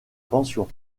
pensions